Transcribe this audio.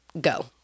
go